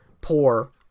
poor